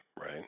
right